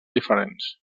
diferents